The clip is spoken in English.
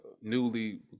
newly